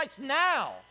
now